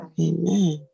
Amen